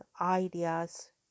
ideas